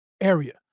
area